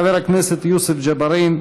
חבר הכנסת יוסף ג'בארין,